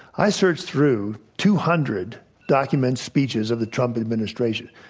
i searched through two hundred documents, speeches of the trump administration.